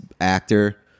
actor